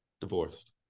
divorced